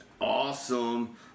Awesome